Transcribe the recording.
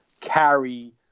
carry